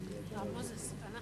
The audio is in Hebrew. חברי חברי הכנסת,